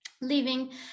living